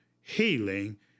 healing